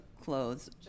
clothes